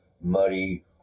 muddy